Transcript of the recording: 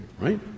right